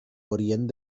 orient